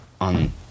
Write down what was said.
on